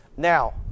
Now